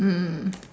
mm